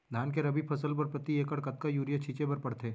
धान के रबि फसल बर प्रति एकड़ कतका यूरिया छिंचे बर पड़थे?